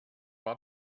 war